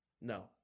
No